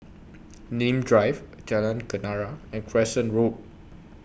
Nim Drive Jalan Kenarah and Crescent Road